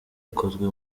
ikozwe